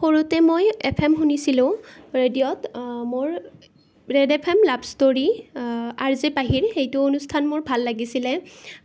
সৰুতে মই F M শুনিছিলো ৰেডিঅ'ত মোৰ Red F M love story R J পাহিৰ সেইটো অনুষ্ঠান মোৰ ভাল লাগিছিলে